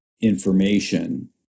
information